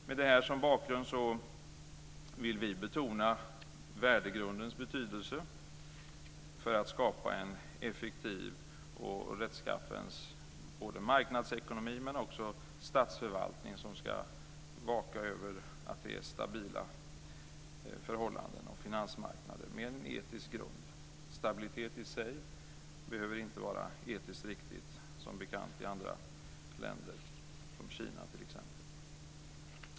Med detta som bakgrund vill vi betona värdegrundens betydelse för att skapa en effektiv och rättskaffens marknadsekonomi och en statsförvaltning som ska vaka över att det är stabila förhållanden på finansmarknader med en etisk grund. Stabilitet i sig behöver inte vara etiskt riktig, som är bekant från andra länder som t.ex. Kina.